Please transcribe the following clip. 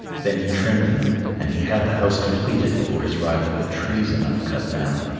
then he trimmed them, and he had the house completed before his rival had trees enough cut down.